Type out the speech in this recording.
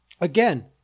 again